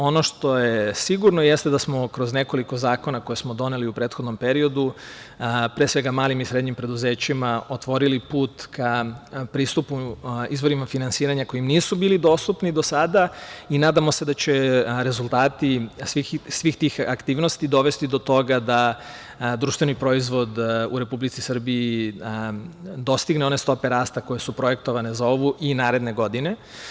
Ono što je sigurno jeste da smo kroz nekoliko zakona koje smo doneli u prethodnom periodu pre svega malim i srednjim preduzećima otvorili put ka pristupu izvorima finansiranja koji im nisu bili dostupni do sada i nadamo se da će rezultati svih tih aktivnosti dovesti do toga da društveni proizvod u Republici Srbiji dostigne one stope rasta koje su projektovane za ovu i naredne godine.